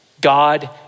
God